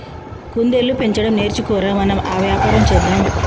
కుందేళ్లు పెంచడం నేర్చుకో ర, మనం ఆ వ్యాపారం చేద్దాం